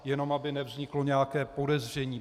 Jenom aby nevzniklo nějaké podezření.